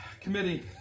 Committee